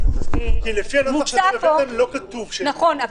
לפי הנוסח שהבאתם לא כתוב שיהיה מדרג.